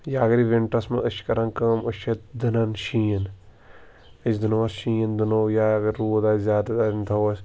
یا اگر وِنٛٹرَس منٛز أسۍ چھِ کران کٲم أسۍ چھِ دِنَن شیٖن أسۍ دِنواَتھ شیٖن دِنو یا اگر روٗد آسہِ زیادٕ تھاوو أسۍ